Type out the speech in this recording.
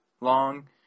long